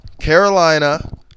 Carolina –